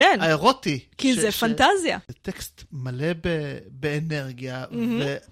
האירוטי, כי זה פנטזיה. טקסט מלא באנרגיה.